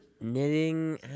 Knitting